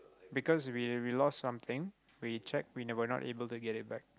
because we we lost something we checked we were not able to get it back